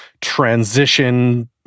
transition